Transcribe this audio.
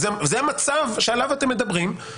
וזה המצב שעליו אתם מדברים,